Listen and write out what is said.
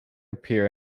appear